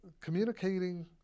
communicating